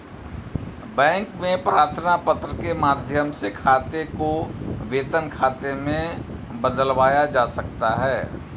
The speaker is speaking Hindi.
बैंक में प्रार्थना पत्र के माध्यम से खाते को वेतन खाते में बदलवाया जा सकता है